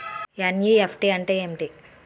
NEFT అంటే ఏమిటి?